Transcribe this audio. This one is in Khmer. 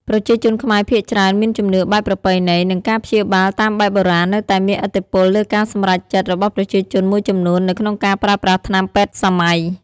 ប្រជាជនខ្មែរភាគច្រើនមានជំនឿបែបប្រពៃណី និងការព្យាបាលតាមបែបបុរាណនៅតែមានឥទ្ធិពលលើការសម្រេចចិត្តរបស់ប្រជាជនមួយចំនួននៅក្នុងការប្រើប្រាស់ថ្នាំពេទ្យសម័យ។